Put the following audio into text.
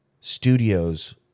studios